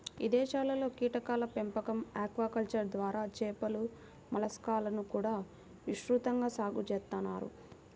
ఇదేశాల్లో కీటకాల పెంపకం, ఆక్వాకల్చర్ ద్వారా చేపలు, మలస్కాలను కూడా విస్తృతంగా సాగు చేత్తన్నారు